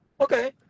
Okay